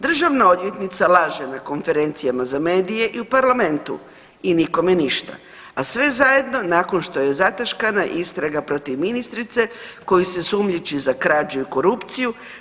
Državna odvjetnica laže na konferencijama za medije i u Parlamentu i nikome ništa, a sve zajedno nakon što je zataškana istraga protiv ministrice koju se sumnjiči za krađu i korupciju.